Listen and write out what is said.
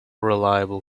reliable